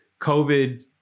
covid